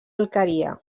alqueria